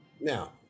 Now